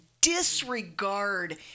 disregard